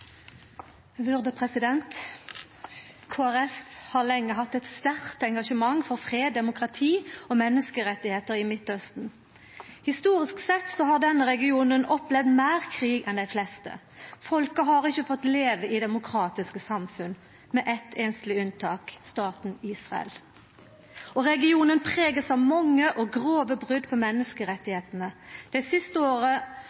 i Midtausten. Historisk sett har denne regionen opplevd meir krig enn dei fleste. Folket har ikkje fått leva i demokratiske samfunn, med eitt einsleg unntak: staten Israel. Og regionen er prega av mange og grove